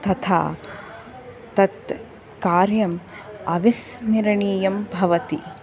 तथा तत् कार्यम् अविस्मिरणीयं भवति